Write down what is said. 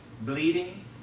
Bleeding